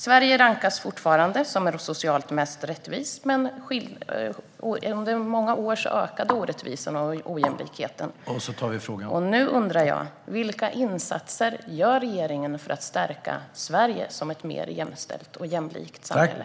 Sverige rankas fortfarande som socialt mest rättvist, men under många år ökade orättvisorna och ojämlikheten. Vilka insatser gör regeringen för att stärka Sverige som ett mer jämställt och jämlikt samhälle?